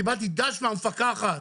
קיבלת ד"ש מהמפקחת.